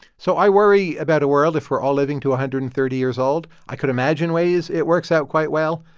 so i worry about a world if we're all living to one ah hundred and thirty years old. i could imagine ways it works out quite well.